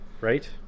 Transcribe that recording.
Right